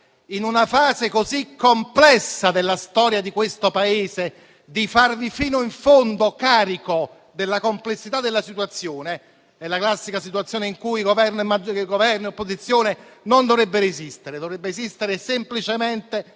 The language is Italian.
in una fase così complessa della storia di questo Paese, di farvi fino in fondo carico della complessità della situazione? È la classica situazione in cui Governo e opposizione non dovrebbero esistere, ma dovrebbe esistere semplicemente